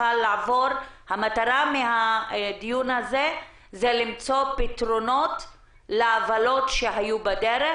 המטרה של הדיון הזה היא למצוא פתרונות לעוולות שהיו בדרך,